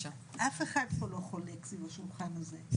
אף אחד פה לא חולק סביב השולחן הזה,